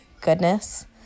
goodness